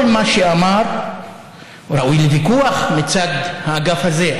כל מה שאמר ראוי לוויכוח מצד האגף הזה,